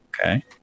Okay